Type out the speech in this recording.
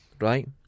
Right